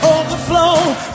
Overflow